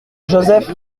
joseph